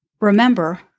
Remember